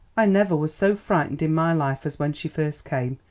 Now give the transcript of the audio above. i never was so frightened in my life as when she first came,